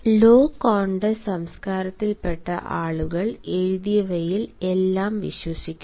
താഴ്ന്ന സംസ്കാരത്തിൽപെട്ട ആളുകൾ എഴുതിയവയിൽ എല്ലാം വിശ്വസിക്കുന്നു